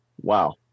wow